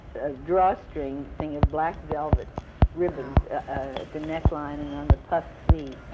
drawstring thing of black velvet ribbons at the neckline and on the puffed sleeve,